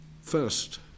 First